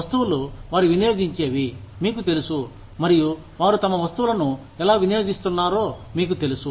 వస్తువులు వారు వినియోగించేవి మీకు తెలుసు మరియు వారు తమ వస్తువులను ఎలా వినియోగిస్తున్నారో మీకు తెలుసు